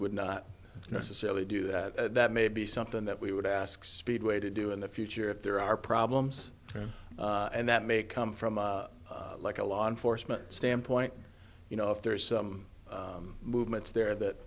would not necessarily do that that may be something that we would ask speedway to do in the future that there are problems and that may come from like a law enforcement standpoint you know if there is some movements there that